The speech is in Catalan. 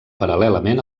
paral·lelament